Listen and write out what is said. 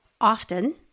Often